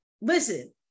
listen